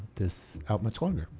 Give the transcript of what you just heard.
this out much longer.